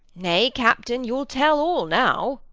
nay, captain, you'll tell all now.